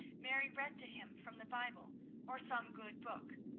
mary read to him from the bible or some good book,